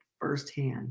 firsthand